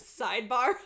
sidebar